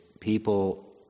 people